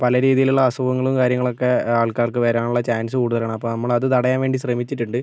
പല രീതിയിലുള്ള അസുഖങ്ങളും കാര്യങ്ങളൊക്കെ ആൾക്കാർക്ക് വരാനുള്ള ചാൻസ് കൂടുതലാണ് അപ്പം നമ്മളത് തടയാൻവേണ്ടി ശ്രമിച്ചിട്ടുണ്ട്